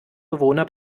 bewohner